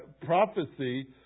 prophecy